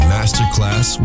Masterclass